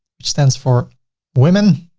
which stands for women